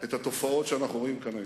את התופעות שאנחנו רואים כאן היום.